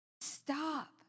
Stop